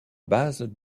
base